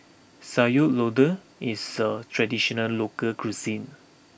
Sayur Lodeh is a traditional local cuisine